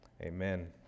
Amen